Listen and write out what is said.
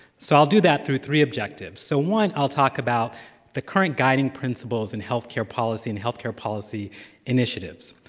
so i'll do that through three objectives. so, one, i'll talk about the current guiding principles in healthcare policy and healthcare policy initiatives.